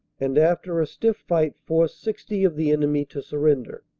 and after a stiff fight forced sixty of the enemy to surrender.